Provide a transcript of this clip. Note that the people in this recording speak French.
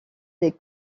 des